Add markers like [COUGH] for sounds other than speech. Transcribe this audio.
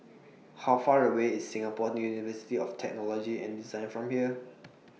How Far away IS Singapore University of Technology and Design from here [NOISE]